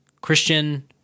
Christian